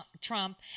Trump